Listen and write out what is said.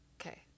okay